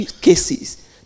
cases